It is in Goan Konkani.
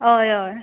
हय हय